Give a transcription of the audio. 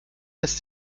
lässt